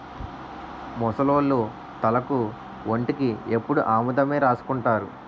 ముసలోళ్లు తలకు ఒంటికి ఎప్పుడు ఆముదమే రాసుకుంటారు